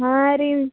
ಹಾಂ ರೀ